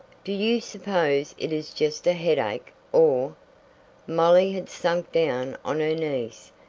do you suppose it is just a headache or molly had sunk down on her knees.